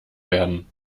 werden